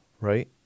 right